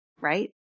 right